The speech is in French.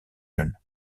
jeunes